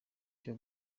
cyo